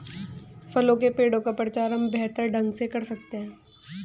फलों के पेड़ का प्रचार हम बेहतर ढंग से कर सकते हैं